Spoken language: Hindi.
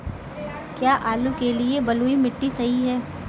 क्या आलू के लिए बलुई मिट्टी सही है?